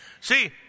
See